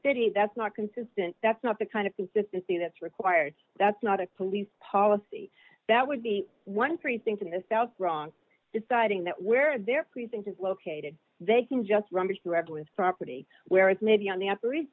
city that's not consistent that's not the kind of consistency that's required that's not a police policy that would be one precinct in the south bronx deciding that where they're precinct is located they can just run through every with property where it's maybe on the upper east